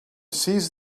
seized